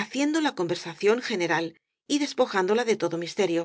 haciendo la conversación general y despojándola de todo misterio